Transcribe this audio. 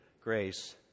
grace